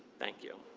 thank you.